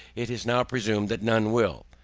it is now presumed that none will,